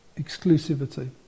Exclusivity